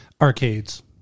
Arcades